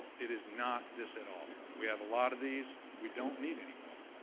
it is not this at all. we have a lot of these, we don't need anymore,